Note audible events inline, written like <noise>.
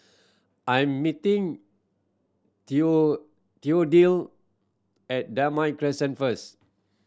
I'm meeting <unintelligible> Theophile at Damai Crescent first